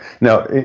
now